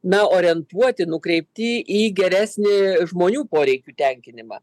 na orientuoti nukreipti į geresnį žmonių poreikių tenkinimą